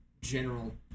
general